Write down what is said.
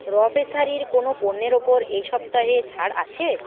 র প্রেসারির কোনও পণ্যের ওপর এই সপ্তাহে ছাড় আছে